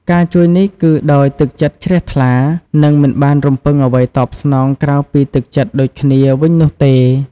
ការជួយនេះគឺដោយទឹកចិត្តជ្រះថ្លា និងមិនបានរំពឹងអ្វីតបស្នងក្រៅពីទឹកចិត្តដូចគ្នាវិញនោះទេ។